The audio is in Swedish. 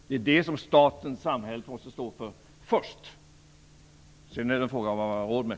Det är det som staten och samhället först måste stå för. Sedan är det en fråga om vad man har råd med.